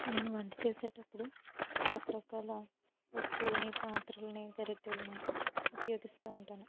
నేను వంట చేసేటప్పుడు రకరకాల వస్తువుల్ని పాత్రల్ని గరిటల్ని ఉపయోగిస్తూ ఉంటాను